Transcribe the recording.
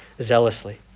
zealously